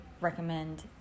recommend